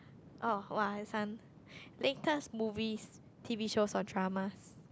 oh [wah] this one latest movies T_V shows or dramas